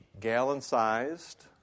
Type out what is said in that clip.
gallon-sized